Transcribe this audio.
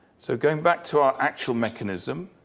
so going back to our actual mechanism,